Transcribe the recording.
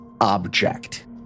object